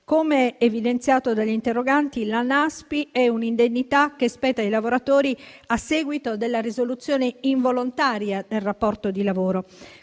Come evidenziato dagli interroganti, la Naspi è un'indennità che spetta ai lavoratori a seguito della risoluzione involontaria del rapporto di lavoro.